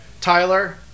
Tyler